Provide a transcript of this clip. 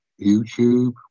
YouTube